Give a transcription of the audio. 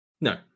No